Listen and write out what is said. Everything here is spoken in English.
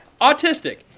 Autistic